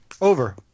Over